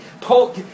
Pull